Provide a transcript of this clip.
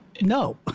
No